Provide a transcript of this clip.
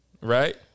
right